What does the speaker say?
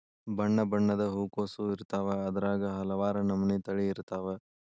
ಬಣ್ಣಬಣ್ಣದ ಹೂಕೋಸು ಇರ್ತಾವ ಅದ್ರಾಗ ಹಲವಾರ ನಮನಿ ತಳಿ ಇರ್ತಾವ